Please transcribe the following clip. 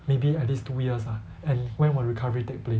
maybe at least two years ah and when will recovery take place